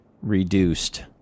reduced